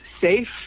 safe